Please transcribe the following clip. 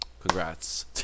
Congrats